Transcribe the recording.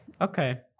okay